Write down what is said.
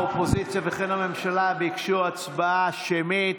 האופוזיציה וכן הממשלה ביקשו הצבעה שמית.